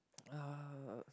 uh